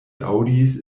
aŭdis